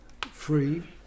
free